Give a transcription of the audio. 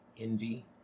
envy